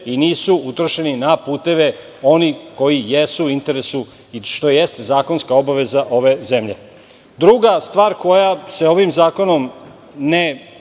i nisu utrošeni na puteve koji jesu u interesu i što jeste zakonska obaveza ove zemlje. Druga stvar koja se ovim zakonom ne